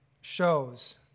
shows